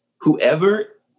whoever